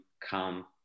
come